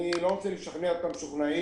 אני לא רוצה לשכנע את המשוכנעים,